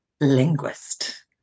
linguist